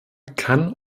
kann